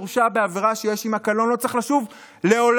בעבירה שיש עימה קלון לא צריך לשוב לעולם,